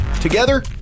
Together